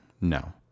No